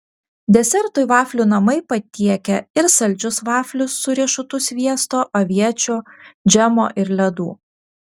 desertui vaflių namai patiekia ir saldžius vaflius su riešutų sviesto aviečių džemo ir ledų